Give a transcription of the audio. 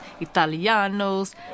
Italianos